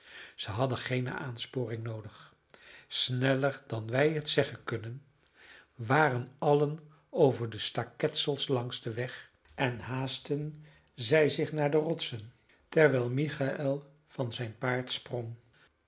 zij hadden geene aansporing noodig sneller dan wij het zeggen kunnen waren allen over het staketsel langs den weg en haastten zij zich naar de rotsen terwijl michael van zijn paard sprong